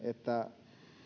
että